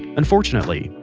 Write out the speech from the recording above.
unfortunately,